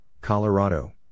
Colorado